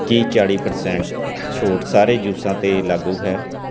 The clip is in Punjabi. ਕੀ ਚਾਲੀ ਪ੍ਰਸੈਂਟ ਛੋਟ ਸਾਰੇ ਜੂਸਾਂ 'ਤੇ ਲਾਗੂ ਹੈ